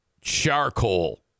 Charcoal